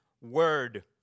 word